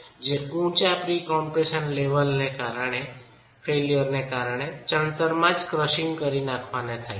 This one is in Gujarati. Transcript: જે ઉચ્ચ પ્રી કમ્પ્રેશન લેવલ ફેઇલ્યર ને કારણે ચણતરને જ ક્રસીંગ કરી નાખવાના કારણે જે થાય છે